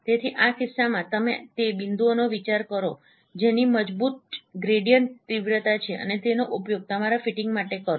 તેથી આ કિસ્સામાં તમે તે બિંદુઓનો વિચાર કરો જેની મજબૂત ચઢાણ તીવ્રતા છે અને તેનો ઉપયોગ તમારા ફીટિંગ માટે કરો